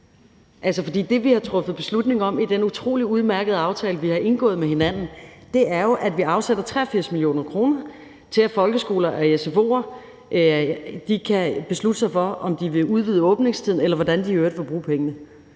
det, vi har truffet beslutning om i den utrolig udmærkede aftale, vi har indgået med hinanden, er jo, at vi afsætter 83 mio. kr. til, at folkeskoler og sfo'er kan beslutte sig for, om de vil udvide åbningstiden, eller hvordan de i øvrigt vil bruge pengene.